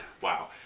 Wow